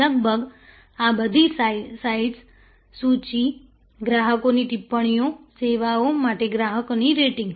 લગભગ આ બધી સાઇટ્સ સૂચિ ગ્રાહકોની ટિપ્પણીઓ સેવાઓ માટે ગ્રાહકોની રેટિંગ્સ